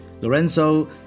Lorenzo